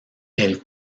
elle